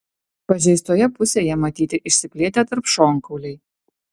pažeistoje pusėje matyti išsiplėtę tarpšonkauliai